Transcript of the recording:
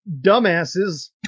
dumbasses